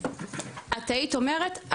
את היית אומרת,